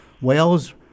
Whales